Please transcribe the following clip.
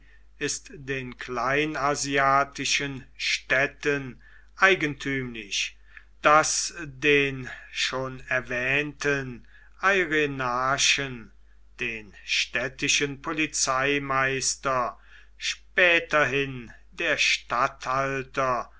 ist den kleinasiatischen städten eigentümlich daß den schon erwähnten eirenarchen den städtischen polizeimeister späterhin der